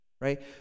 right